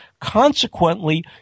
Consequently